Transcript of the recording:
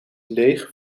leeg